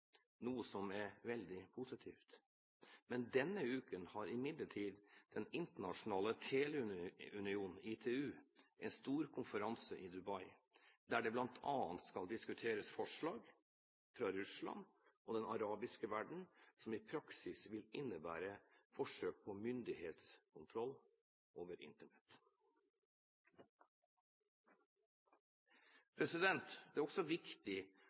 noe som er veldig positivt. Denne uken har imidlertid Den internasjonale teleunion, ITU, en stor konferanse i Dubai der det bl.a. skal diskuteres forslag fra Russland og den arabiske verden som i praksis vil innebære forsøk på myndighetskontroll over Internett. Det er også viktig